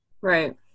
Right